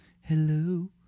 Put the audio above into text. Hello